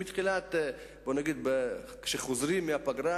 וכשחוזרים מהפגרה,